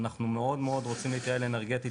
אנחנו מאוד מאוד רוצים להתייעל אנרגטית